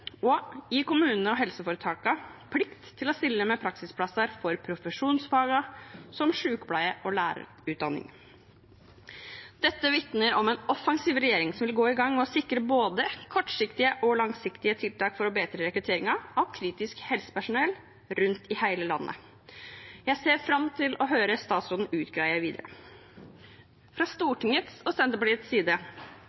gi kommunene og helseforetakene plikt til å stille med praksisplasser for profesjonsfagene, som sjukepleier- og lærerutdanning Dette vitner om en offensiv regjering som vil gå i gang med å sikre både kortsiktige og langsiktige tiltak for å bedre rekrutteringen av kritisk helsepersonell rundt i hele landet. Jeg ser fram til å høre statsråden greie ut videre. Fra